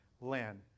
land